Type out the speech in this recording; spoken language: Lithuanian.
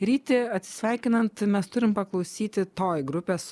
ryti atsisveikinant mes turim paklausyti toj grupės